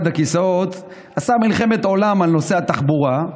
הכיסאות עשה מלחמת עולם בנושא התחבורה.